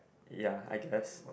ya I guess